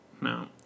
No